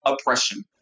oppression